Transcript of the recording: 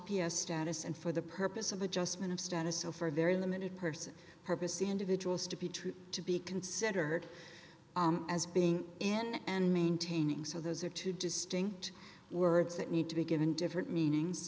p s status and for the purpose of adjustment of status over a very limited person purpose individuals to be true to be considered as being in and maintaining so those are two distinct words that need to be given different meanings